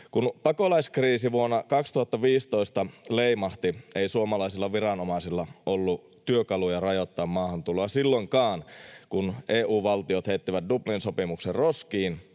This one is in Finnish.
Kun pakolaiskriisi vuonna 2015 leimahti, ei suomalaisilla viranomaisilla ollut työkaluja rajoittaa maahantuloa, ei silloinkaan, kun EU-valtiot heittivät Dublin-sopimuksen roskiin,